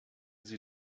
sie